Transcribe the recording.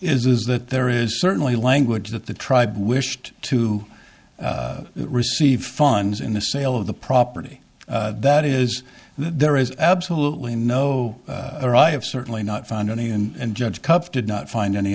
is that there is certainly language that the tribe wished to receive funds in the sale of the property that is there is absolutely no or i have certainly not found any and judge cup did not find any